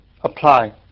apply